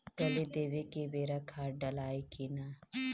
कली देवे के बेरा खाद डालाई कि न?